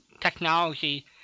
technology